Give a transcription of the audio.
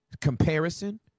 comparison